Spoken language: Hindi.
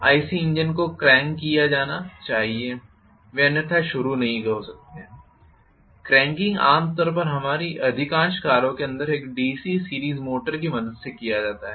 आईसी इंजन को क्रैंक किया जाना चाहिए वे अन्यथा शुरू नहीं हो सकते हैं क्रैंकिंग आम तौर पर हमारी अधिकांश कारों के अंदर एक डीसी सीरीस मोटर की मदद से किया जाता है